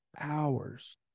hours